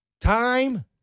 time